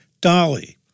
Dolly